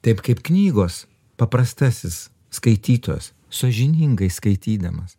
taip kaip knygos paprastasis skaitytojas sąžiningai skaitydamas